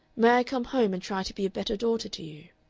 may i come home and try to be a better daughter to you?